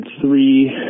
three